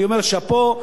אני אומר: שאפו,